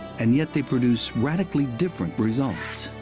and yet they produce radically different results.